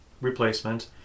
replacement